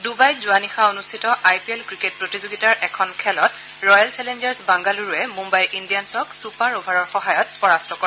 ডুবাইত যোৱা নিশা অনুষ্ঠিত আই পি এল ক্ৰিকেট প্ৰতিযোগিতাৰ এখন খেলত ৰয়েল চেলেঞ্জাৰ্ছ বাংগালোৰে মুম্বাই ইণ্ডিয়ানছক ছুপাৰ অভাৰৰ সহায়ত পৰাস্ত কৰে